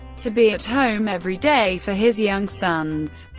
to be at home every day for his young sons,